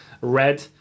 red